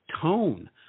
tone